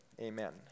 Amen